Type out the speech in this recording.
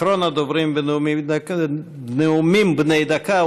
אחרון הדוברים בנאומים בני דקה,